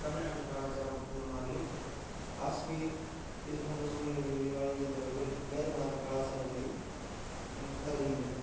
தமிழ்நாட்டின் கலாச்சாரம் வேறு மாதிரியும் காஷ்மீர் இது போன்ற சூழ்நிலைகளில் வாழ்கின்றவர்கள் வேறு மாரியான கலாச்சாரங்களையும் கருதுகின்றனர்